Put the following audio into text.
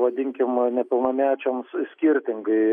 vadinkim nepilnamečiams skirtingai